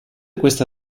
questa